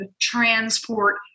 transport